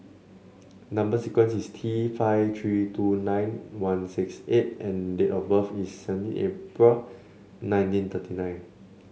number sequence is T five three two nine one six eight and date of birth is seventeen April nineteen thirty nine